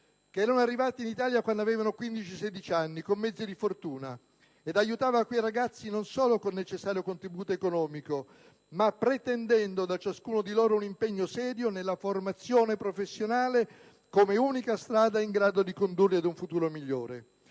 che erano arrivati in Italia quando avevano a 15-16 anni con mezzi di fortuna. Aiutava quei ragazzi non solo col necessario contributo economico, ma pretendendo da ciascuno di loro un impegno serio nella formazione professionale, quale unica strada in grado di condurli ad un futuro migliore.